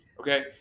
Okay